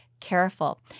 careful